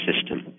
system